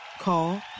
Call